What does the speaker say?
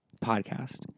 podcast